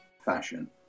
fashion